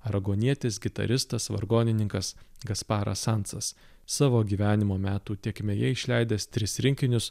aragonietis gitaristas vargonininkas gasparas sansas savo gyvenimo metų tėkmėje išleidęs tris rinkinius